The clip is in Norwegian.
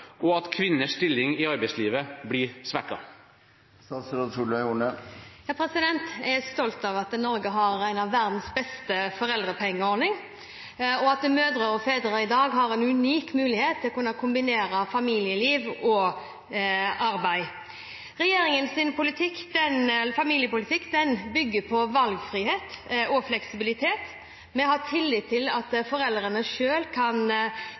og at kvinners stilling i arbeidslivet blir svekket? Jeg er stolt av at Norge har en av verdens beste foreldrepengeordninger, og at mødre og fedre i dag har en unik mulighet til å kunne kombinere familieliv og arbeid. Regjeringens familiepolitikk bygger på valgfrihet og fleksibilitet. Vi har tillit til at foreldrene selv kan